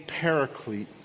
paraclete